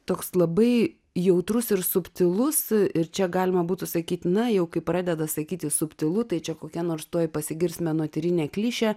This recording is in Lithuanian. toks labai jautrus ir subtilus ir čia galima būtų sakyt na jau kai pradeda sakyti subtilu tai čia kokia nors tuoj pasigirs menotyrinė klišė